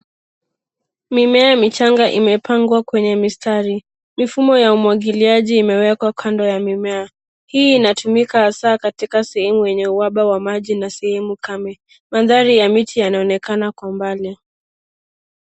Mimea michanga imepangwa kwenye mistari. Mifumo ya umwagiliaji imewekwa kando ya mimea. Hii inatumika hasa katika sehemu yenye uhaba wa maji na sehemu kame. Mandhari ya miti yanaonekana kwa mbali.